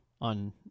on